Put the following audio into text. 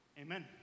Amen